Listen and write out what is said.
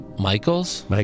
Michaels